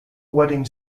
wedding